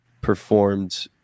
performed